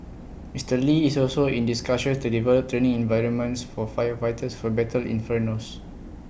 Mister lee is also in discussions to develop training environments for firefighters who battle infernos